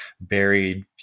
buried